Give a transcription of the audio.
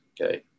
okay